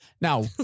Now